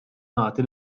nagħti